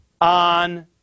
on